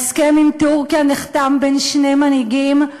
ההסכם עם טורקיה נחתם בין שני מנהיגים,